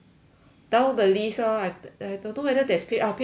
down the list orh I I don't know whether there's page orh page three